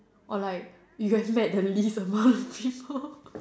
or like you have met the least amount of people